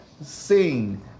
sing